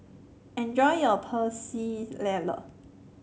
enjoy your Pecel Lele